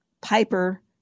Piper